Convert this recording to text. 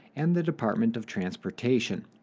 and the department of transportation.